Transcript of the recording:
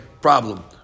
problem